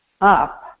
up